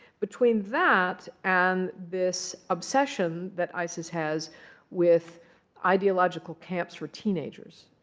between that and this obsession that isis has with ideological camps for teenagers